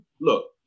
Look